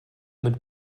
mit